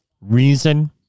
reason